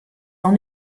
noch